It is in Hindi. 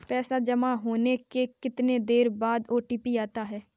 पैसा जमा होने के कितनी देर बाद ओ.टी.पी आता है?